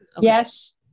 yes